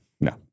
No